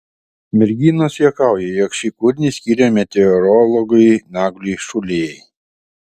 merginos juokauja jog šį kūrinį skiria meteorologui nagliui šulijai